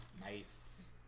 Nice